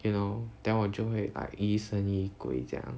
you know then 我就会 like 疑神疑鬼这样